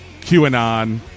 QAnon